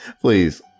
Please